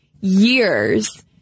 years